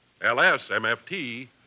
L-S-M-F-T